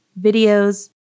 videos